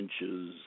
inches